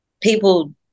people